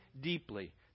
deeply